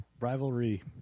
rivalry